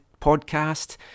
podcast